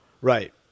Right